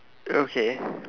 okay